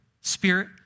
Spirit